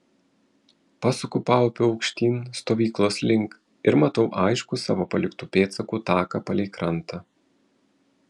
pasuku paupiu aukštyn stovyklos link ir matau aiškų savo paliktų pėdsakų taką palei krantą